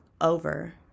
over